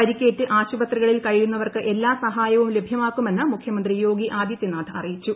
പരിക്കേറ്റ് ആശുപത്രികളിൽ കഴിയുന്നവർക്ക് എല്ലാ സഹായവും ലഭ്യമാക്കുമെന്ന് മുഖ്യമന്ത്രി യോഗി ആദിത്യനാഥ് അറിയിച്ചു